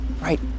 Right